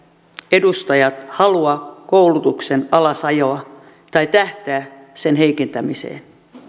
edustajat halua koulutuksen alasajoa tai tähtää sen heikentämiseen